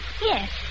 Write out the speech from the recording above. Yes